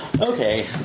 Okay